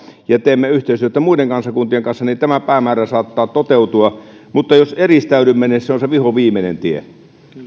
ja teemme yhteistyötä muiden kansakuntien kanssa niin tämä päämäärä saattaa toteutua mutta jos eristäydymme niin se on se vihoviimeinen tie